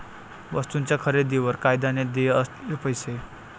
वस्तूंच्या खरेदीवर कायद्याने देय असलेले पैसे